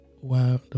Wow